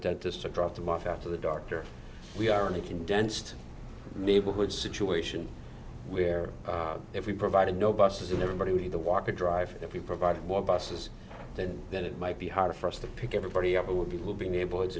dentist or drop them off after the doctor we are in a condensed neighborhood situation where if we provided no buses and everybody would either walk or drive if we provided more buses than then it might be hard yes the pick everybody up will be will be neighborhoods